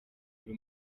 buri